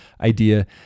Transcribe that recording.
idea